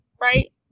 right